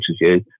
interview